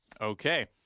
okay